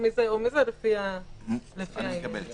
או מזה או מזה, לפי --- אני מקבל את